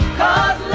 cause